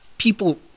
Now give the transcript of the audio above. People